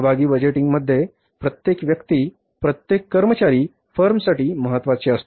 सहभागी बजेटिंग मध्ये प्रत्येक व्यक्ती प्रत्येक कर्मचारी फर्मसाठी महत्त्वाचे असतात